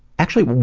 actually,